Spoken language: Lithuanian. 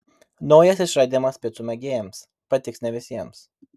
naujas išradimas picų mėgėjams patiks ne visiems